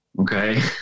Okay